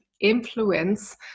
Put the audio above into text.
influence